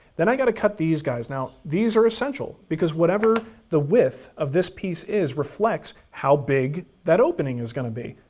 then i gotta cut these guys. now these are essential because whatever the width of this piece is reflects how big that opening is gonna be,